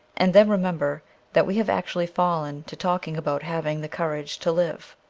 and then remember that we have actually fallen to talking about having the courage to live.